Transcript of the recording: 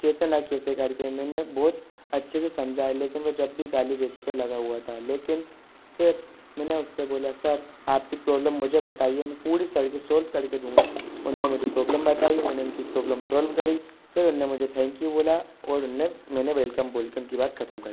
कैसे ना कैसे कर के मैं बहुत अच्छे से समझाया लेकिन वो जब भी गाली देने पर लगा हुआ था लेकिन फिर मैंने उस से बोला सर आप की प्रॉब्लम मुझे बताइए मैं पूरी तरीक़े से सॉल्व कर के दूँगा उन्होंने मुझे प्रॉब्लम बताई मैंने उनकी प्रॉब्लम सॉल्व करी फिर उन्होंने मुझे थैंक यू बोला और उनको मैंने वेलकम बोल के उनकी बात ख़त्म करी